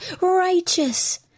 righteous